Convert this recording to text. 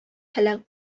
һәлак